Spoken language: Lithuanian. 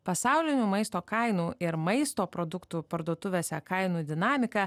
pasaulinių maisto kainų ir maisto produktų parduotuvėse kainų dinamiką